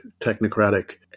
technocratic